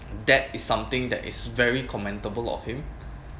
that is something that is very commentable of him